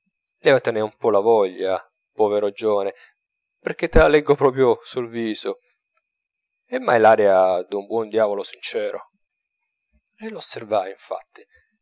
via levatene un po la voglia povero giovane perchè te la leggo proprio sul viso e m'hai l'aria d'un buon diavolo sincero e l'osservai infatti